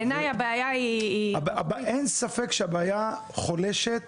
אין ספק שהבעיה חולשת